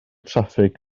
traffig